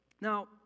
Now